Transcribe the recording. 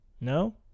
No